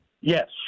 Yes